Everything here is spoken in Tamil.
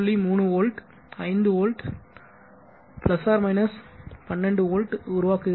3 வோல்ட் 5 வோல்ட் ± 12 வோல்ட் உருவாக்குகிறது